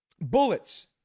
bullets